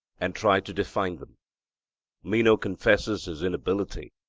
and try to define them meno confesses his inability,